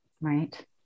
Right